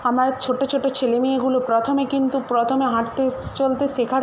আমার ছোটো ছোটো ছেলে মেয়েগুলো প্রথমে কিন্তু প্রথমে হাঁটতে স্ চলতে শেখার